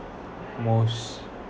most